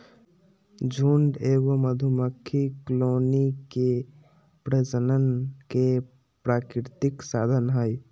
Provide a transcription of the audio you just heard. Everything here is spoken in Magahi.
झुंड एगो मधुमक्खी कॉलोनी के प्रजनन के प्राकृतिक साधन हइ